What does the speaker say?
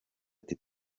ati